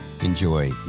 enjoy